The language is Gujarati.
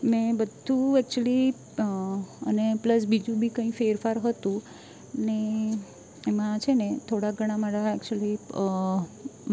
મેં બધું એકચૂલી અને પ્લસ બી બીજું પણ કંઈ ફેરફાર હતું ને એમાં છે ને થોડા ઘણા મારા એકચૂલી